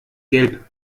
gelb